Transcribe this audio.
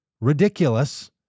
Ridiculous